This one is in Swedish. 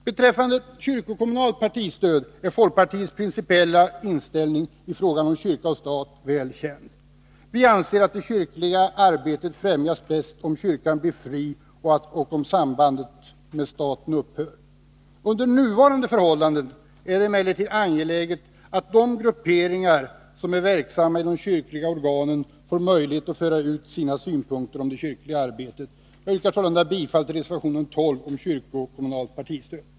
Beträffande kyrkokommunalt partistöd är folkpartiets principiella inställning i frågan stat-kyrka väl känd. Vi anser att det kyrkliga arbetet främjas bäst om kyrkan blir fri och sambandet med staten upphör. Under nuvarande förhållanden är det emellertid angeläget att de grupperingar som är verksamma i de kyrkliga organen får möjlighet att föra ut sina synpunkter om det kyrkliga arbetet. Jag yrkar sålunda bifall till reservation 12 om kyrkokommunalt partistöd.